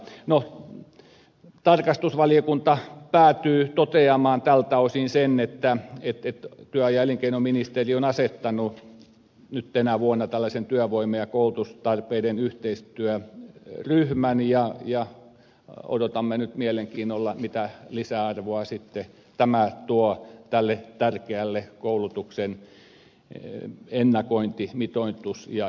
no tarkastusvaliokunta päätyy toteamaan tältä osin sen että työ ja elinkeinoministeriö on asettanut tänä vuonna työvoima ja koulutustarpeiden yhteistyöryhmän ja odotamme nyt mielenkiinnolla mitä lisäarvoa sitten tämä tuo tälle tärkeälle koulutuksen ennakointi mitoitus ja kohdentamisasialle